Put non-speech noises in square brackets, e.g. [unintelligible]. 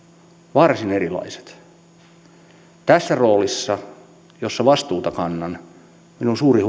varsin erilaiset tässä roolissa jossa vastuuta kannan kannan suurta [unintelligible]